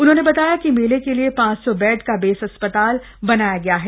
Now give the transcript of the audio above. उन्होंने बताया कि मेले के लिए पांच सौ बेड का बेस हॉस्पिटल बनाया गया है